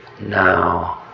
Now